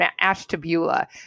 Ashtabula